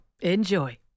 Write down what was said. Enjoy